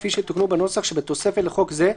כפי שתוקנו בנוסח שבתוספת לחוק זה,